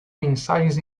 mensagens